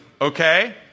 okay